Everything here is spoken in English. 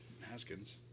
Haskins